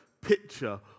picture